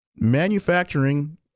manufacturing